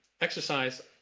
exercise